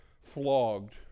flogged